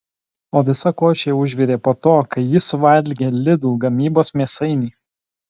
o visa košė užvirė po to kai jis suvalgė lidl gamybos mėsainį